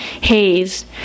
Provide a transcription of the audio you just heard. haze